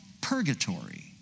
purgatory